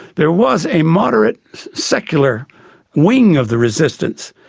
there was a moderate secular wing of the resistance.